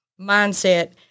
mindset